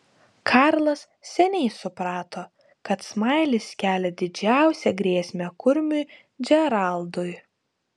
karlas seniai suprato kad smailis kelia didžiausią grėsmę kurmiui džeraldui